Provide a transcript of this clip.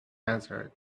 answered